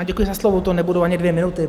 Děkuji za slovo, to nebudu ani dvě minuty.